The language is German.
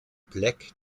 black